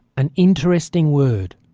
an interesting word.